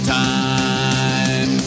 time